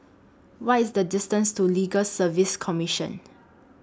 What IS The distance to Legal Service Commission